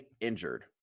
injured